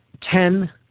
ten